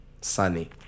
sunny